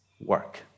work